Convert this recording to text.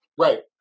Right